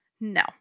No